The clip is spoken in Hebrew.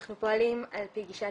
אנחנו פועלים על פי גישת